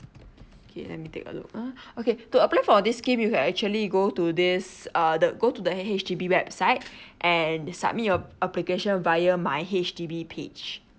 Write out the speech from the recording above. okay let me take a look ah okay to apply for this scheme you can actually go to this uh the go to the H_D_B website and submit your application via my H_D_B page